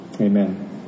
Amen